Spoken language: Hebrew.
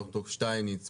ד"ר שטייניץ,